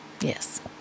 Yes